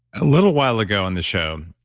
a little while ago in the show,